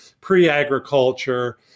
pre-agriculture